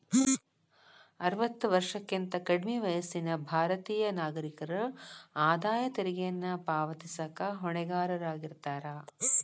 ಅರವತ್ತ ವರ್ಷಕ್ಕಿಂತ ಕಡ್ಮಿ ವಯಸ್ಸಿನ ಭಾರತೇಯ ನಾಗರಿಕರ ಆದಾಯ ತೆರಿಗೆಯನ್ನ ಪಾವತಿಸಕ ಹೊಣೆಗಾರರಾಗಿರ್ತಾರ